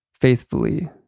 Faithfully